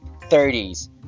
30s